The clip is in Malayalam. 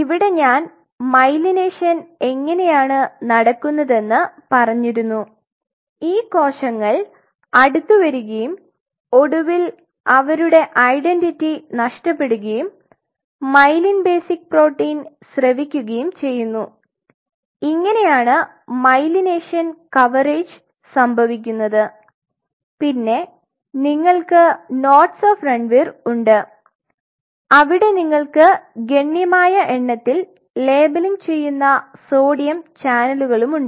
ഇവിടെ ഞാൻ മൈലിനേഷൻ എങ്ങനെയാണ് നടക്കുന്നതെന്ന് പറഞ്ഞിരുന്നു ഈ കോശങ്ങൾ അടുത്തുവരികയും ഒടുവിൽ അവരുടെ ഐഡന്റിറ്റി നഷ്ടപ്പെടുകയും മെയ്ലിൻ ബേസിക് പ്രോട്ടീൻ സ്രവിക്കുകയും ചെയ്യുന്നു ഇങ്ങനെയാണ് മൈലിനേഷൻ കവറേജ് സംഭവിക്കുന്നത് പിന്നെ നിങ്ങൾക്ക് നോട്സ് ഓഫ് രൺവീർ ഉണ്ട് അവിടെ നിങ്ങൾക്ക് ഗണ്യമായ എണ്ണത്തിൽ ലേബലിംഗ് ചെയ്യുന്ന സോഡിയം ചാനലുകളുണ്ട്